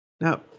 Now